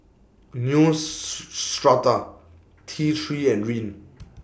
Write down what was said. News Strata T three and Rene